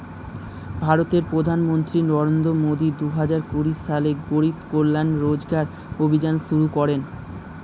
ভারতের প্রধানমন্ত্রী নরেন্দ্র মোদি দুহাজার কুড়ি সালে গরিব কল্যাণ রোজগার অভিযান শুরু করেন